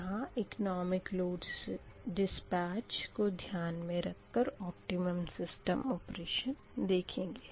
यहाँ economic load dispatch को ध्यान में रखकर ऑप्टिमम सिस्टम ऑपरेशन देखेंगे